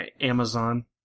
Amazon